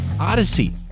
odyssey